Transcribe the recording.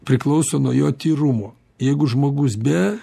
priklauso nuo jo tyrumo jeigu žmogus be